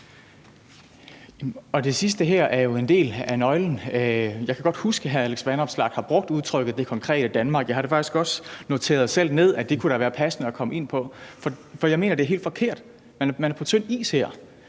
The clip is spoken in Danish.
Det sidste her er jo en del af nøglen, og jeg kan godt huske, at hr. Alex Vanopslagh har brugt udtrykket det konkrete Danmark, og jeg har da faktisk også selv noteret, at det kunne være passende at komme ind på. For jeg mener, at det er helt forkert, og at man her